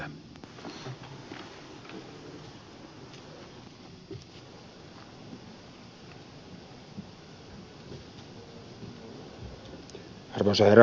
arvoisa herra puhemies